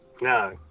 No